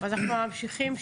אנחנו ממשיכים.